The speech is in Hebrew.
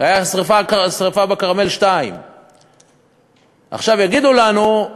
זו הייתה השרפה בכרמל 2. עכשיו, יגידו לנו,